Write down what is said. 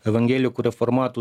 evangelikų reformatų